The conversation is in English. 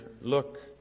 Look